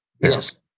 yes